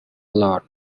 lot